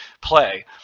play